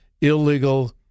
illegal